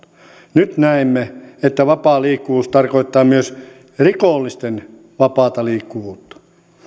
nyt näemme että vapaa liikkuvuus tarkoittaa myös rikollisten vapaata liikkuvuutta